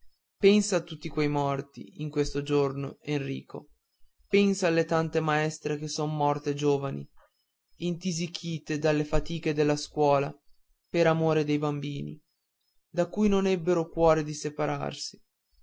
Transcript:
pensa a tutti quei morti in questo giorno enrico pensa alle tante maestre che son morte giovani intisichite dalle fatiche della scuola per amore dei bambini da cui non ebbero cuore di separarsi